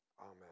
Amen